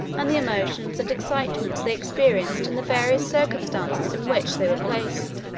and the emotions and excitements they experienced in the various circumstances in which they were placed.